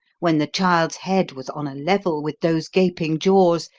when the child's head was on a level with those gaping jaws,